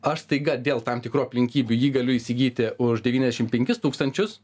aš staiga dėl tam tikrų aplinkybių jį galiu įsigyti už devyniasdešimt penkis tūkstančius